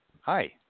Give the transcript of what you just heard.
Hi